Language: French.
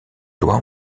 lois